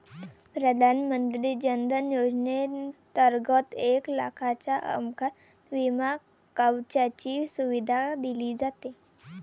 प्रधानमंत्री जन धन योजनेंतर्गत एक लाखाच्या अपघात विमा कवचाची सुविधा दिली जाते